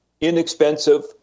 inexpensive